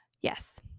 yes